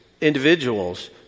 individuals